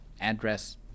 address